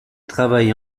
travaille